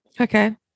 Okay